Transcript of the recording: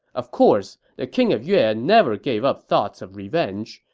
of course, the king of yue and never gave up thoughts of revenge,